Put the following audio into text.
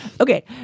Okay